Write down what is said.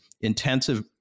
intensive